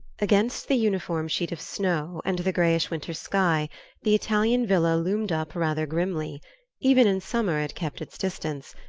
against the uniform sheet of snow and the greyish winter sky the italian villa loomed up rather grimly even in summer it kept its distance,